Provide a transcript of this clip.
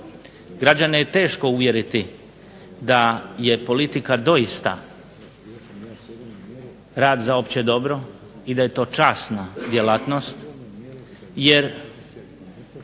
Građane je teško uvjeriti da je politika doista rad za opće dobro i da je to časna djelatnost jer